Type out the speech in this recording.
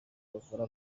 bavura